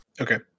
Okay